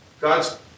God's